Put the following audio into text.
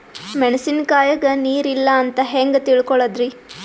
ಮೆಣಸಿನಕಾಯಗ ನೀರ್ ಇಲ್ಲ ಅಂತ ಹೆಂಗ್ ತಿಳಕೋಳದರಿ?